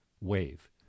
wave